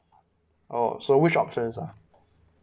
orh so which options ah